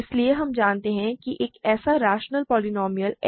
इसलिए हम जानते हैं कि एक ऐसा रैशनल पोलीनोमिअल h है कि f h g है